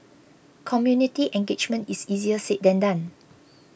community engagement is easier said than done